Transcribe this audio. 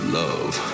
love